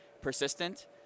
persistent